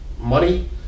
money